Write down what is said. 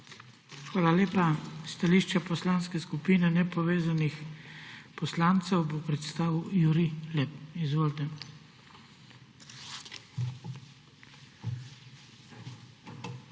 Hvala lepa. Stališče Poslanske skupine nepovezanih poslancev bo predstavil Jurij Lep. Izvolite. **JURIJ